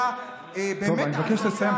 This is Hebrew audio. אני מבקש לסיים.